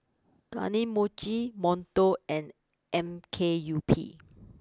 Kane Mochi Monto and M K U P